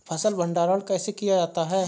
फ़सल भंडारण कैसे किया जाता है?